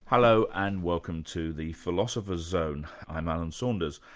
hello, and welcome to the philosopher's zone. i'm alan saunders.